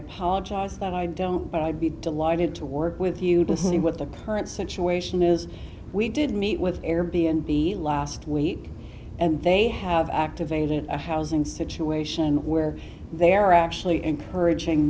apologize that i don't but i'd be delighted to work with you to see what the point situation is we did meet with air b n b last week and they have activated a housing situation where they're actually encouraging